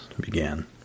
began